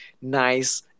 nice